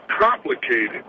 complicated